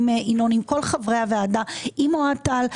עם ינון,